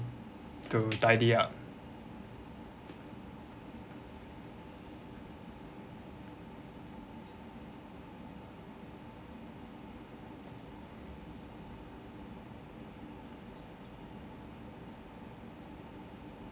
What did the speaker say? to tidy up